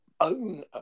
own